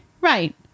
right